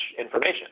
information